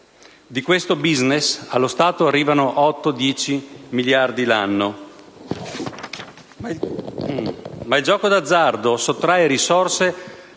Di questo *business* allo Stato arrivano 8‑10 miliardi l'anno, ma il gioco d'azzardo sottrae risorse